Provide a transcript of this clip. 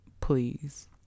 Please